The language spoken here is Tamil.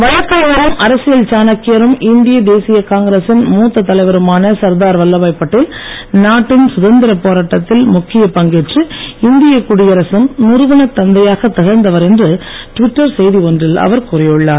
வழக்கறிஞரும் அரசியல் சாணக்கியரும் இந்திய தேசிய காங்கிரசின் மூத்த தலைவருமான சர்தார் வல்லப்பாய் பட்டேல் நாட்டின் சுதந்திரப் போராட்டத்தில் முக்கியப் பங்கேற்று இந்தியக் குடியரசின் நிறுவனத் தந்தையாக திகர்ந்தவர் என்று ட்விட்டர் செய்தி ஒன்றில் அவர் கூறியுள்ளார்